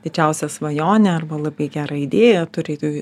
didžiausią svajonę arba labai gerą idėją turėti